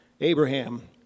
Abraham